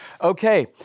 Okay